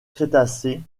crétacé